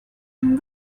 and